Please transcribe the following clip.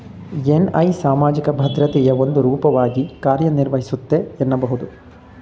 NI ಸಾಮಾಜಿಕ ಭದ್ರತೆಯ ಒಂದು ರೂಪವಾಗಿ ಕಾರ್ಯನಿರ್ವಹಿಸುತ್ತೆ ಎನ್ನಬಹುದು